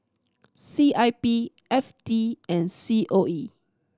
C I P F T and C O E